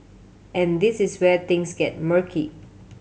and this is where things get murky